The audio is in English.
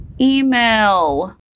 email